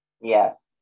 Yes